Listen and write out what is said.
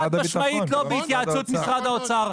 חד משמעית לא בהתייעצות משרד האוצר.